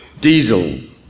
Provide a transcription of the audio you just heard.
Diesel